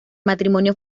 matrimonio